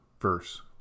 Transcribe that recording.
verse